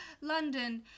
London